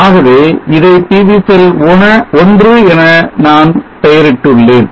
ஆகவே இதை PV cell 1 என நான் பெயரிட்டு உள்ளேன்